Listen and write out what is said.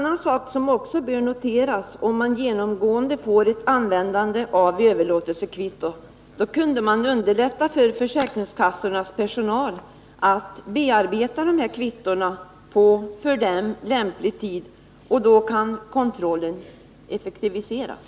Något som också bör noteras är att man, om man får en genomgående användning av överlåtelsekvitton, också kan underlätta för försäkringskassornas personal genom att kvittona kan bearbetas på för de anställda lämplig tid. Då kan kontrollen också effektiviseras.